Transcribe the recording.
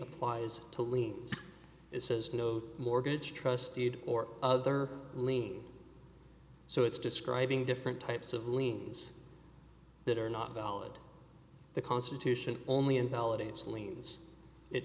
applies to liens it says no mortgage trust deed or other lien so it's describing different types of liens that are not valid the constitution only invalidate